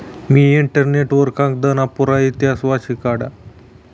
मी internet वर कागदना पुरा इतिहास वाची काढा